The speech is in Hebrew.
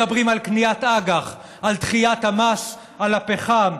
מדברים על קניית אג"ח, על דחיית המס על הפחם,